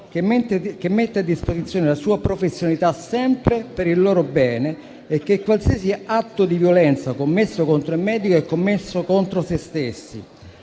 che mette a disposizione la sua professionalità sempre per il loro bene, e che qualsiasi atto di violenza commesso contro di lui è commesso contro se stessi.